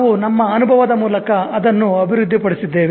ನಾವು ನಮ್ಮ ಅನುಭವದ ಮೂಲಕ ಅದನ್ನು ಅಭಿವೃದ್ಧಿಪಡಿಸಿದ್ದೇವೆ